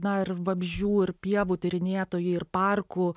na ir vabzdžių ir pievų tyrinėtojai ir parkų